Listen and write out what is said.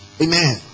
Amen